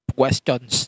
questions